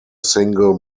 single